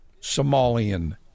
Somalian